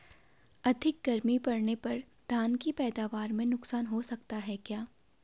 अधिक गर्मी पड़ने पर धान की पैदावार में नुकसान हो सकता है क्या?